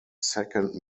second